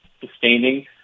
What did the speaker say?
sustaining